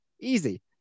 Easy